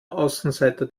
außenseiter